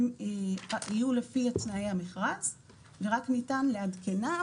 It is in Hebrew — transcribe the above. הם יהיו לפי תנאי המכרז ורק ניתן לעדכנם